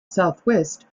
southwest